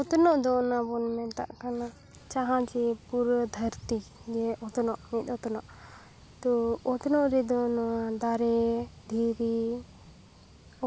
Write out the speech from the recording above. ᱚᱛᱱᱚᱜ ᱫᱚ ᱚᱱᱟ ᱵᱚᱱ ᱢᱮᱛᱟᱜ ᱠᱟᱱᱟ ᱡᱟᱦᱟᱸ ᱡᱮ ᱯᱩᱨᱟᱹ ᱫᱷᱟᱹᱨᱛᱤ ᱜᱮ ᱚᱛᱱᱚᱜ ᱢᱤᱫ ᱚᱛᱱᱚᱜ ᱩᱛᱱᱟᱹᱣ ᱨᱮᱫᱚ ᱱᱚᱣᱟ ᱫᱟᱨᱮ ᱫᱷᱤᱨᱤ